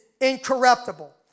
incorruptible